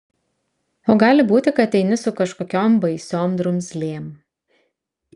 o gali būti kad eini su kažkokiom baisiom drumzlėm